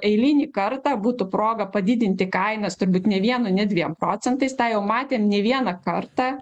eilinį kartą būtų proga padidinti kainas turbūt ne vienu ne dviem procentais tai jau matėm ne vieną kartą